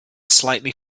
slightly